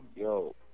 Yo